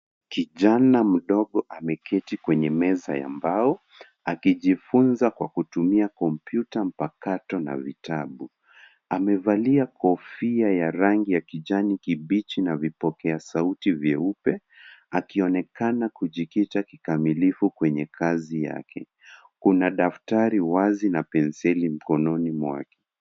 Kijana mdogo ameketi mezani akijifunza kwa kutumia kompyuta mpakato na vitabu. Amevalia kofia ya rangi ya kijani kibichi na vipokea sauti vyeupe akionekana kujikita kikamilifu kwenye kazi yake. Kuna daftari wazi na penseli mkononi mwake.